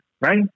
right